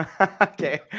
Okay